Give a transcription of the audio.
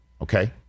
Okay